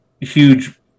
huge